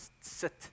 sit